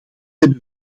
hebben